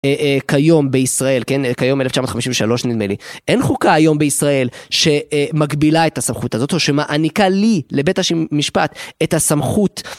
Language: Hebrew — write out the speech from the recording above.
כיום בישראל, כן, כיום 1953 נדמה לי. אין חוקה היום בישראל שמגבילה את הסמכות הזאת או שמעניקה לי לבית המשפט את הסמכות.